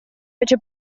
fece